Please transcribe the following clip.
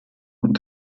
und